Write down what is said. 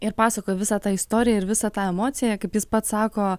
ir pasakojo visą tą istoriją ir visą tą emociją kaip jis pats sako